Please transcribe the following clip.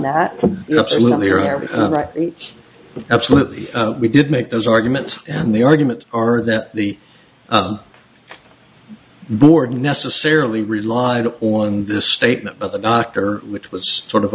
are absolutely we did make those arguments and the arguments are that the board necessarily relied on this statement but the doctor which was sort of